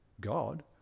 God